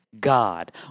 God